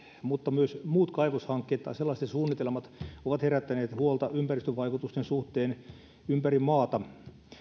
mutta myös muut kaivoshankkeet tai sellaisten suunnitelmat ovat herättäneet huolta ympäristövaikutusten suhteen ympäri maata